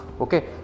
Okay